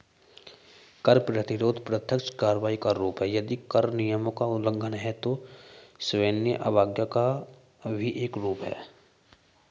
कर प्रतिरोध प्रत्यक्ष कार्रवाई का रूप है, यदि कर नियमों का उल्लंघन है, तो सविनय अवज्ञा का भी एक रूप है